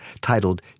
titled